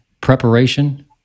preparation